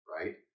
right